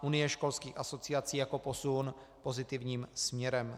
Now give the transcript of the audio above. Unie školských asociací jako posun pozitivním směrem.